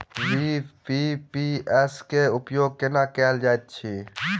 BBPS केँ उपयोग केना कएल जाइत अछि?